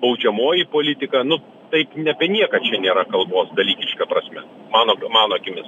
baudžiamoji politika nu taip ne apie nieką čia nėra kalbos dalykiška prasme mano mano akimis